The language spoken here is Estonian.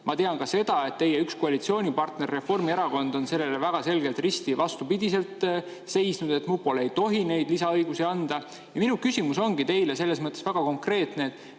Ma tean ka seda, et teie üks koalitsioonipartner, Reformierakond, on sellele väga selgelt risti vastu seisnud, et mupole ei tohi neid lisaõigusi anda. Minu küsimus ongi teile selles mõttes väga konkreetne.